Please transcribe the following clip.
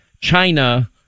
China